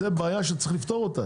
זו בעיה שצריך לפתור אותה.